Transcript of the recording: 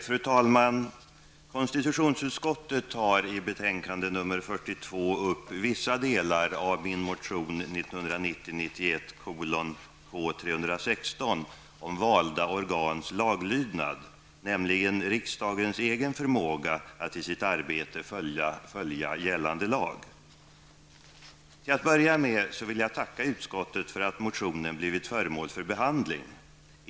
Fru talman! Konstitutionsutskottet tar i sitt betänkande 42 upp vissa delar av min motion Till att börja med vill jag tacka utskottet för att motionen blivit föremål för behandling.